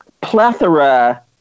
plethora